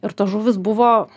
ir tos žuvys buvo